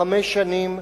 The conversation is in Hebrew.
חמש שנים.